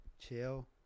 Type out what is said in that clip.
Chill